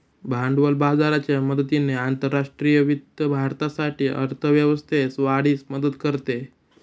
भांडवल बाजाराच्या मदतीने आंतरराष्ट्रीय वित्त भारतासाठी अर्थ व्यवस्थेस वाढीस मदत करते